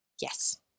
Yes